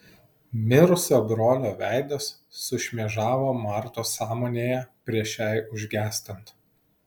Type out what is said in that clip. mirusio brolio veidas sušmėžavo martos sąmonėje prieš šiai užgęstant